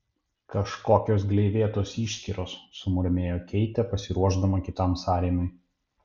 kažkokios gleivėtos išskyros sumurmėjo keitė pasiruošdama kitam sąrėmiui